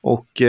Och